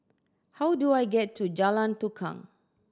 how do I get to Jalan Tukang